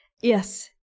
Yes